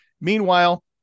Meanwhile